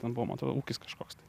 ten buvo man atrodo ūkis kažkoks tai